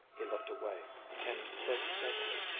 he looked away and said steadily,